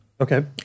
Okay